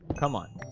come on